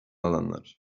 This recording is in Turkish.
alanlar